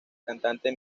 cantante